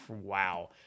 Wow